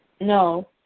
No